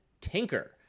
Tinker